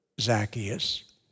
Zacchaeus